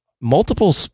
multiple